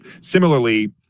Similarly